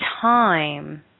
time